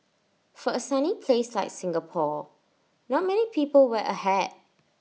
for A sunny place like Singapore not many people wear A hat